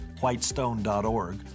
whitestone.org